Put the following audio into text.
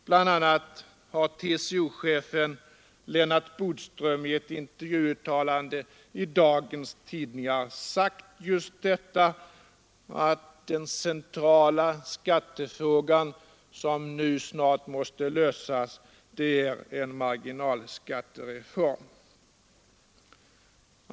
Bl.a. har TCO-chefen Lennart Bodström i ett intervjuuttalande i dagens tidningar sagt just detta att den centrala skattefrågan, som nu snart måste lösas, är en marginalskattereform.